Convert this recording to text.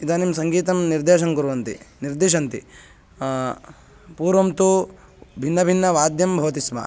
इदानीं सङ्गीतं निर्देशं कुर्वन्ति निर्दिशन्ति पूर्वं तु भिन्नभिन्नवाद्यं भवति स्म